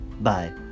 Bye